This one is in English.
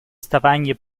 stavanger